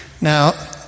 Now